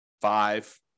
five